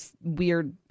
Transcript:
weird